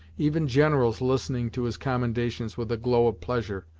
even generals listening to his commendations with a glow of pleasure,